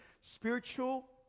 Spiritual